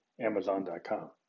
Amazon.com